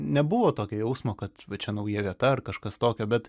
nebuvo tokio jausmo kad va čia nauja vieta ar kažkas tokio bet